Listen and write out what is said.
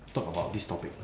talk about this topic